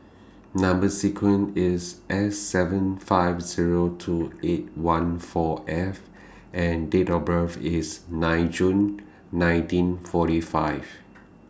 Number sequence IS S seven five Zero two eight one four F and Date of birth IS nine June nineteen forty five